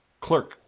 clerk